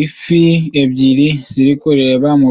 Ifi ebyiri ziri kureba mu